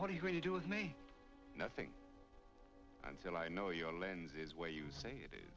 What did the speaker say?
what are you going to do with me nothing until i know your lens is where you say it is